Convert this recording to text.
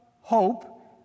hope